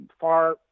far